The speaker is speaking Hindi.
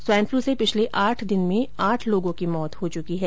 स्वाइन पलू से पिछले आठ दिन में आठ लोगों की मौत हो चुकी है